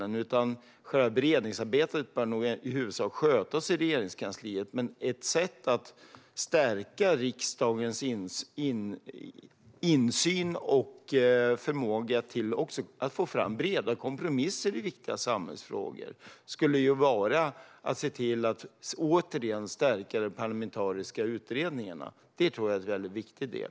Därför bör nog själva beredningsarbetet i huvudsak skötas i Regeringskansliet. Men ett sätt att stärka riksdagens insyn och förmåga att få fram breda kompromisser i viktiga samhällsfrågor skulle vara att se till att de parlamentariska utredningarna återigen stärks. Det tror jag är en mycket viktig del.